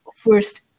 first